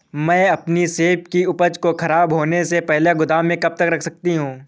मैं अपनी सेब की उपज को ख़राब होने से पहले गोदाम में कब तक रख सकती हूँ?